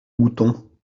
bouton